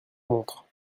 montre